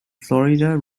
florida